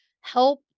help